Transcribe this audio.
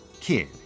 kid